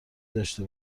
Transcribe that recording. داشته